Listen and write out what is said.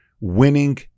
winning